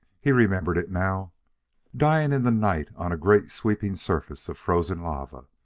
he remembered it now dying in the night on a great, sweeping surface of frozen lava.